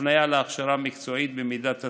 הפניה להכשרה מקצועית במידת הצורך.